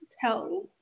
tell